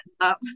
up